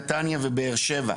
נתניה ובאר שבע.